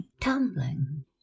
tumbling